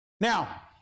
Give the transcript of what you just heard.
Now